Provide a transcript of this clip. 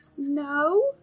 No